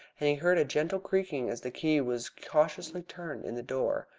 and he heard a gentle creaking as the key was cautiously turned in the door.